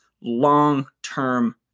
long-term